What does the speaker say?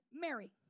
Mary